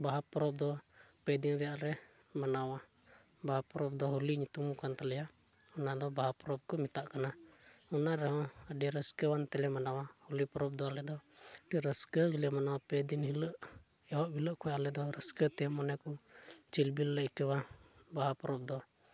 ᱵᱟᱦᱟ ᱯᱚᱨᱚᱵᱽ ᱫᱚ ᱯᱮ ᱫᱤᱱ ᱨᱮᱭᱟᱜ ᱞᱮ ᱢᱟᱱᱟᱣᱟ ᱵᱟᱦᱟ ᱯᱚᱨᱚᱵᱽ ᱫᱚ ᱦᱳᱞᱤ ᱧᱩᱛᱩᱢ ᱠᱟᱱ ᱛᱟᱞᱮᱭᱟ ᱚᱱᱟ ᱫᱚ ᱵᱟᱦᱟ ᱯᱚᱨᱚᱵᱽ ᱠᱚ ᱢᱮᱛᱟᱜ ᱠᱟᱱᱟ ᱚᱱᱟ ᱨᱮᱦᱚᱸ ᱟᱹᱰᱤ ᱨᱟᱹᱥᱠᱟᱹᱣᱟᱱ ᱛᱮᱞᱮ ᱢᱟᱱᱟᱣᱟ ᱦᱚᱞᱤ ᱯᱚᱨᱚᱵᱽ ᱫᱚ ᱟᱞᱮ ᱫᱚ ᱟᱹᱰᱤ ᱨᱟᱹᱥᱠᱟᱹ ᱛᱮᱞᱮ ᱢᱟᱱᱟᱣᱟ ᱯᱮ ᱫᱤᱱᱦᱤᱞᱳᱜ ᱮᱦᱚᱵ ᱦᱤᱞᱳᱜ ᱠᱷᱚᱱ ᱟᱞᱮ ᱫᱚ ᱨᱟᱹᱥᱠᱟᱹ ᱛᱮ ᱢᱚᱱᱮ ᱠᱚ ᱪᱤᱞᱵᱤᱞ ᱞᱮ ᱟᱹᱭᱠᱟᱹᱣᱟ ᱵᱟᱦᱟ ᱯᱚᱨᱚᱵᱽ ᱫᱚ